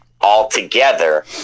altogether